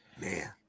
man